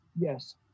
Yes